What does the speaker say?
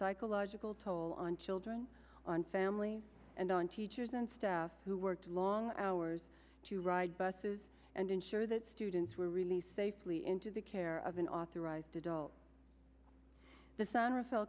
psychological toll on children on family and on teachers and staff who worked long hours to ride buses and ensure that students were released safely into the care of an authorized adult the san r